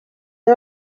are